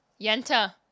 Yenta